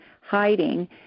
hiding